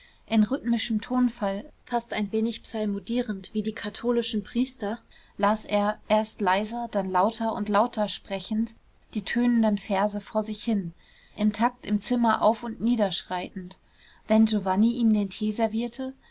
in rhythmischem tonfall fast ein wenig psalmodierend wie die katholischen priester las er erst leiser dann lauter und lauter sprechend die tönenden verse vor sich hin im takt im zimmer auf und nieder schreitend wenn giovanni ihm den tee servierte